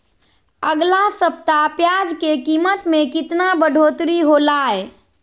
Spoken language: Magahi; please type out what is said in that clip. अगला सप्ताह प्याज के कीमत में कितना बढ़ोतरी होलाय?